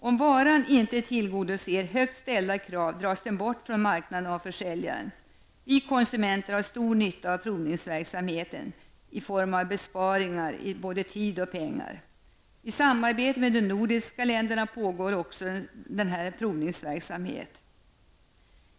Om varan inte tillgodoser högt ställda krav dras den bort från marknaden av försäljaren. Vi konsumenter har stor nytta av provningsverksamheten genom besparingar i form av både pengar och tid. I samarbete med de nordiska länderna pågår också provningsverksamhet.